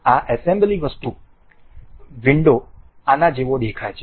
આ એસેમ્બલી વસ્તુ વિંડો આના જેવો દેખાય છે